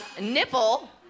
Nipple